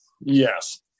Yes